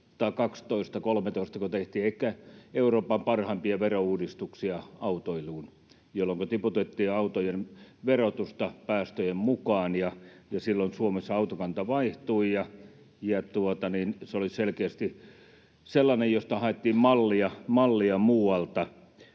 tai 2013, ehkä Euroopan parhaimpia verouudistuksia autoiluun, jolloin me tiputettiin autojen verotusta päästöjen mukaan. Silloin Suomessa autokanta vaihtui, ja se oli selkeästi sellainen, josta haettiin mallia muualle.